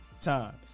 time